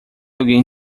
alguém